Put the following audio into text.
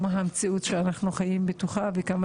מה המציאות שאנחנו חיים בתוכה וכמה